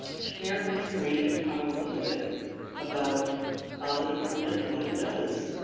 share my screen and talk a little bit about the department and what it does,